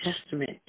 Testament